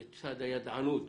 לצד הידענות,